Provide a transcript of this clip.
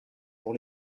pour